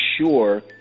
sure